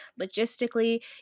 logistically